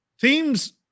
teams